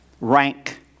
Rank